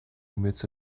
emits